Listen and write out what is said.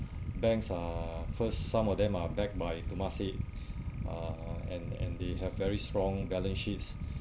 banks uh first some of them are backed by temasek uh and and they have very strong balance sheets